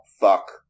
fuck